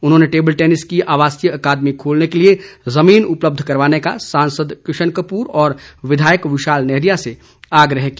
उन्होंने table tennis की आवासीय अकादमी खोलने के लिए ज़मीन उपलब्ध करवाने का सांसद किशन कपूर और विधायक विशाल नेहरिया से आग्रह किया